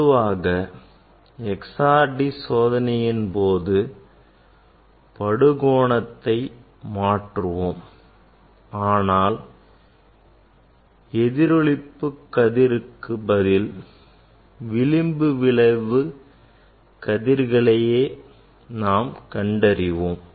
பொதுவாக XRD சோதனையின் போது நாம் படுகோணத்தை மாற்றுவோம் ஆனால் எதிரொளிப்பு கதிருக்கு பதில் விளிம்புவிளைவு கதிர்களையே கண்டறிவோம்